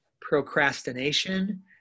procrastination